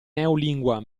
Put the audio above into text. neolingua